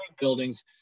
buildings